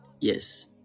yes